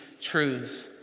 truths